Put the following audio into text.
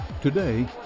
Today